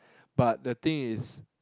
but the thing is